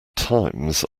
times